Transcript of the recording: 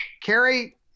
Carrie